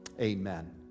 Amen